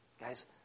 Guys